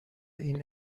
این